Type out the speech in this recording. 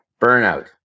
Burnout